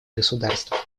государство